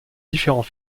différents